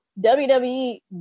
WWE